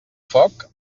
foc